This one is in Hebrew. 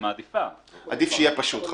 עדיף שיהיה פשוט.